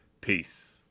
Peace